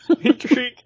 intrigue